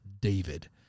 David